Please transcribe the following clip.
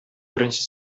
беренче